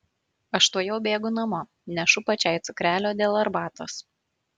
aš tuojau bėgu namo nešu pačiai cukrelio dėl arbatos